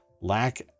lack